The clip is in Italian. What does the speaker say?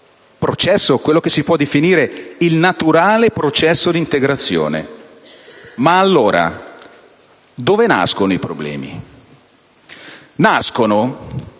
favorire quello che si può definire il naturale processo di integrazione. Allora, dove nascono i problemi? Nascono